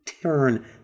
turn